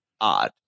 odd